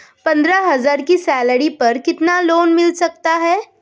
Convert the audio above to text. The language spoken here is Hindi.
पंद्रह हज़ार की सैलरी पर कितना लोन मिल सकता है?